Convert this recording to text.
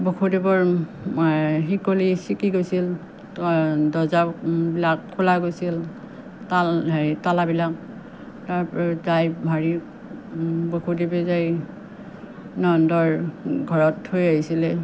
বসুদেৱৰ শিকলি চিগি গৈছিল দৰ্জাবিলাক খোলা গৈছিল তাল হেৰি তলাবিলাক টাইপ হেৰি বসুদেৱে যায় নন্দৰ ঘৰত থৈ আহিছিলে